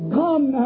come